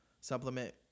supplement